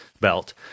belt